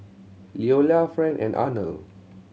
Leola Fran and Arnold